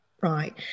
Right